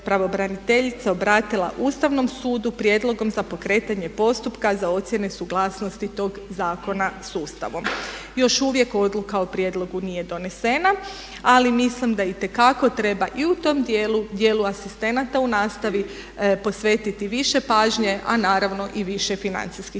pravobraniteljica obratila Ustavnom sudu prijedlogom za pokretanje postupka za ocjene suglasnosti tog zakona s Ustavom. Još uvijek odluka o prijedlog nije donesena, ali mislim da itekako treba i u tom djelu, djelu asistenata u nastavi posvetiti više pažnje a naravno i više financijskih